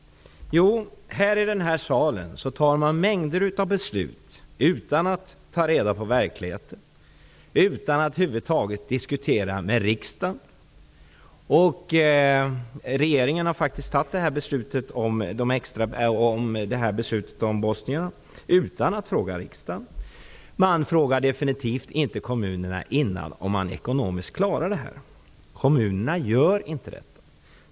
Jo, i den här salen fattar man en mängd beslut utan att ta reda på hur verkligheten ser ut, utan att över huvud taget diskutera med riksdagen. Regeringen har faktiskt fattat beslutet om bosnierna utan att fråga riksdagen. Man frågar definitivt inte kommunerna innan om de ekonomiskt klarar det här -- och det gör de inte.